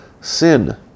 sin